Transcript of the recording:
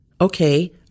okay